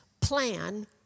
plan